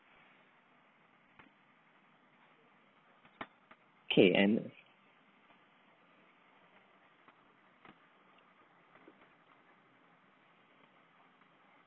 okay and